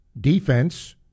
defense